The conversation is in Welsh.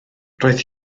roedd